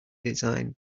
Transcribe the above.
design